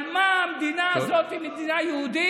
על מה המדינה הזאת מדינה יהודית?